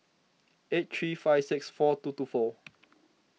eight three five six four two two four